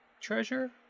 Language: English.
treasure